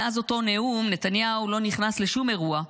מאז אותו נאום נתניהו לא נכנס לשום אירוע,